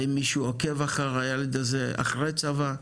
האם מישהו עוקב אחרי הילד הזה אחרי צבא,